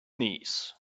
knees